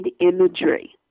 imagery